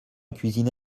cuisiné